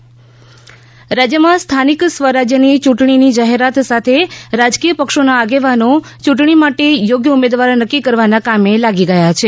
પંચાયત ચૂંટણી રાજયમાં સ્થાનિક સ્વરાજયની યૂંટણીની જાહેરાત સાથે રાજકીય પક્ષોના આગેવાનો ચૂંટણી માટે યોગ્ય ઉમેદવાર નકકી કરવાના કામે લાગ્યા છે